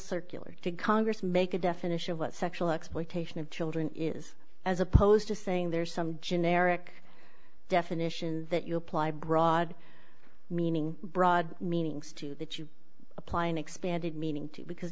circular to congress make a definition of what sexual exploitation of children is as opposed to saying there's some generic definition that you apply broad meaning broad meanings to that you apply an expanded meaning to because